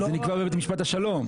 זה נקבע בבית משפט השלום,